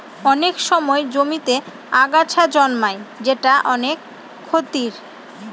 অনেক সময় জমিতে আগাছা জন্মায় যেটা অনেক ক্ষতির